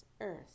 Earth